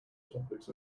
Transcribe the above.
topics